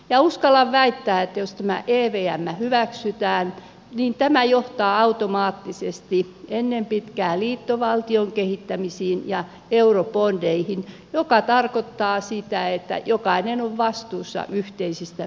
ja uskallan väittää että jos tämä evm hyväksytään niin tämä johtaa automaattisesti ennen pitkää liittovaltion kehittämisiin ja eurobondeihin mikä tarkoittaa sitä että jokainen on vastuussa yhteisistä veloista